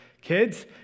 kids